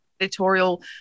editorial